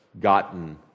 gotten